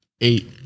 Eight